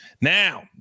Now